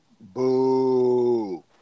Boo